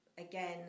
Again